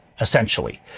essentially